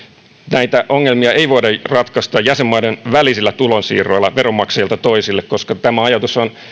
näitä ongelmia ei voida ratkaista jäsenmaiden välisillä tulonsiirroilla veronmaksajilta toisille koska tämä ajatus on